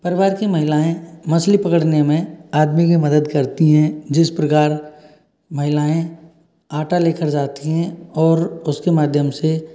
परिवार की महिलाएँ मछली पकड़ने में आदमी की मदद करती हैं जिस प्रकार महिलाएँ आटा लेकर जाती हैं और उसके माध्यम से